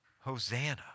Hosanna